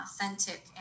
authentic